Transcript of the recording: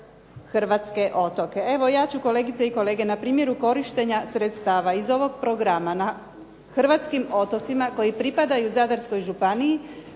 hrvatske otoke. Evo ja ću kolegice i kolege na primjeru korištenja sredstava iz ovog programa na hrvatskim otocima koji pripadaju Zadarskoj županiji